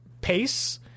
pace